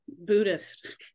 Buddhist